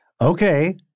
Okay